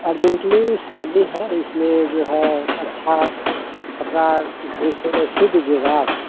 urgently शादी है इसलिए जो है अच्छा अपना ढंग से सी दीजिएगा आप